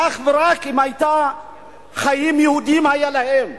אך ורק חיים יהודיים היו להם.